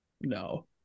No